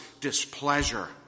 displeasure